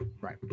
Right